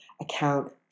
account